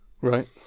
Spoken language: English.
Right